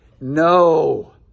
No